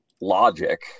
logic